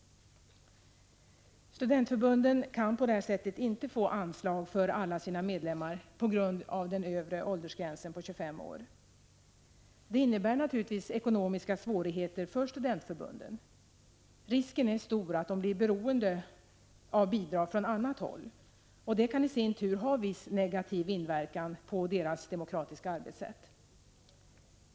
Studentförbunden kan på det här sättet inte få anslag för alla sina medlemmar på grund av den övre åldersgränsen på 25 år. Det innebär naturligtvis ekonomiska svårigheter för studentförbunden. Risken är stor att de blir beroende av bidrag från annat håll, och det kan i sin tur ha viss negativ inverkan på deras demokratiska arbetssätt.